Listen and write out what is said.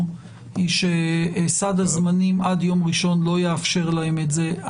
היא שסד הזמנים עד יום ראשון לא יאפשר להם את זה.